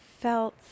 felt